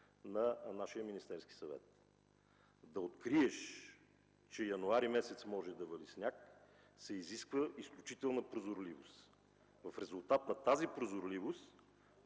на нашия Министерски съвет. Да откриеш, че през месец януари може да вали сняг, се изисква изключителна прозорливост?! В резултат на тази прозорливост